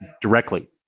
directly